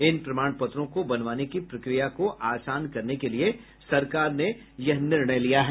इन प्रमाण पत्रों को बनवाने की प्रक्रिया को आसान करने के लिये सरकार ने यह निर्णय लिया है